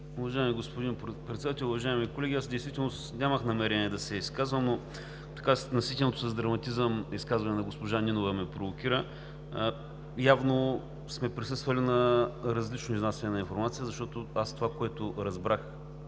Уважаеми господин Председател, уважаеми колеги! Действително нямах намерение да се изказвам, но наситеното с драматизъм изказване на госпожа Нинова ме провокира. Явно сме присъствали на различно изнасяне на информация, защото това, което разбрах